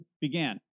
began